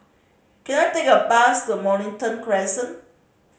can I take a bus to Mornington Crescent